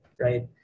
right